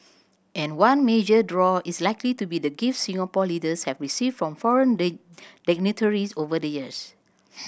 and one major draw is likely to be the gifts Singapore leaders have received from foreign dignitaries over the years